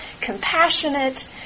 compassionate